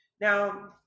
Now